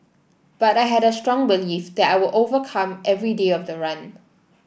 but I had a strong belief that I will overcome every day of the run